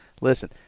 listen